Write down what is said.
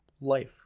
life